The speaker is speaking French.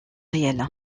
réel